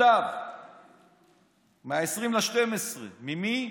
מכתב מ-20 בדצמבר, ממי?